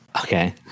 Okay